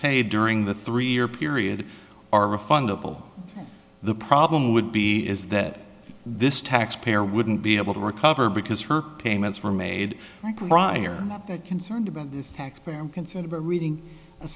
paid during the three year period are refundable the problem would be is that this taxpayer wouldn't be able to recover because her payments were made right prior not that concerned about this tax payer i'm concerned about reading a